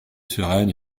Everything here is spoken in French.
sereine